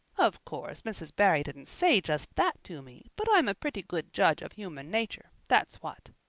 of course, mrs. barry didn't say just that to me, but i'm a pretty good judge of human nature, that's what.